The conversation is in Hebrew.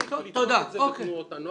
להפסיק לתלות את זה בתנועות הנוער